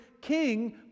king